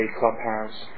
clubhouse